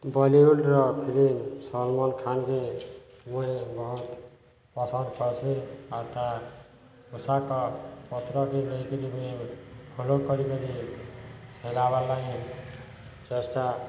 ବଲିଉଡର ଫିଲ୍ମ ସଲମନ୍ ଖାନ୍ଙ୍କୁ ମୁଁ ବହୁତ ପସନ୍ଦ କରେ ଆଉ ତାଙ୍କର ପୋଷାକ ପତ୍ର ବି ନେଇକରି ମୁଁ ଫଲୋ କରିକିରି ସିଲେଇବା ଲାଗି ଚେଷ୍ଟା